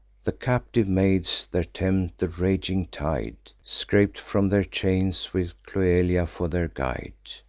the captive maids there tempt the raging tide, scap'd from their chains, with cloelia for their guide.